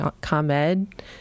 ComEd